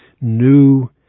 new